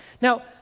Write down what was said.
Now